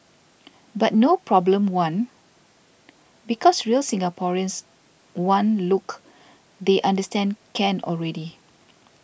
but no problem one because real Singaporeans one look they understand can already